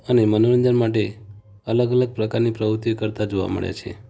અને મનોરંજન માટે અલગ અલગ પ્રકારની પ્રવૃત્તિ કરતા જોવાં મળે છે